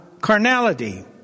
carnality